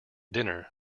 dinner